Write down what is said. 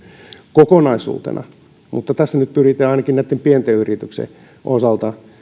kokonaisuutena mutta tässä nyt pyritään ainakin näitten pienten yritysten osalta